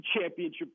championship